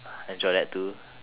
enjoy that too